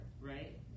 right